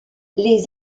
les